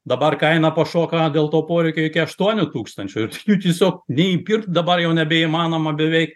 dabar kaina pašoka dėl to poreikio iki aštuonių tūkstančių ir jų tiesiog nei įpirkt dabar jau nebeįmanoma beveik